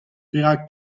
perak